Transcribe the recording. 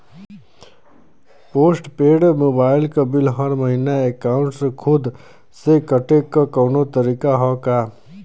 Post paid mobile क bill हर महिना एकाउंट से खुद से कटे क कौनो तरीका ह का?